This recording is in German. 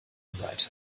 seite